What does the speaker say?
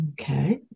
Okay